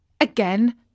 Again